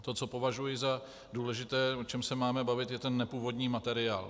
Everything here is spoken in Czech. To, co považuji za důležité, o čem se máme bavit, je ten nepůvodní materiál.